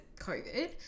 COVID